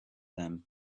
them